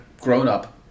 grown-up